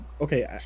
okay